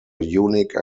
unique